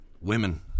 women